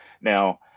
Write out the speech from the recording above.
Now